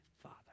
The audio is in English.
Father